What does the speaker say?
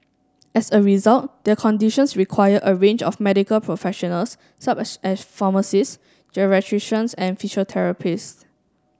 as a result their conditions require a range of medical professionals such as pharmacists geriatricians and physiotherapists